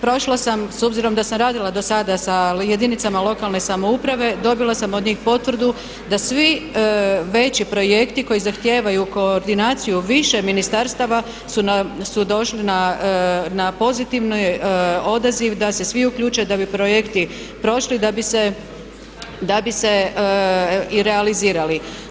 Prošla sam s obzirom da sam radila do sada sa jedinicama lokalne samouprave, dobila sam od njih potvrdu da svi veći projekti koji zahtijevaju koordinaciju više ministarstva su došli na pozitivni odaziv da se svi uključe da bi projekti prošli da bi se i realizirali.